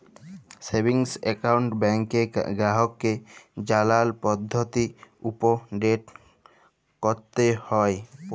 savings account ব্যাংকে গ্রাহককে জালার পদ্ধতি উপদেট ক্যরতে হ্যয়